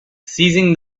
seizing